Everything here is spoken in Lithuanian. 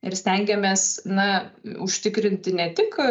ir stengiamės na užtikrinti ne tik